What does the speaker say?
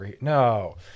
No